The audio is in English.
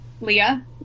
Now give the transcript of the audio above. Leah